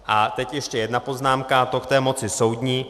A teď ještě jedna poznámka, a to k té moci soudní.